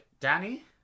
Danny